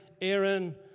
Aaron